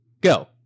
Go